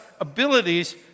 abilities